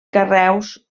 carreus